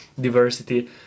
diversity